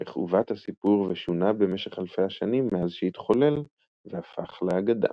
או איך עוות הסיפור ושונה במשך אלפי השנים מאז שהתחולל והפך לאגדה.